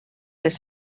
les